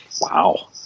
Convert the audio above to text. Wow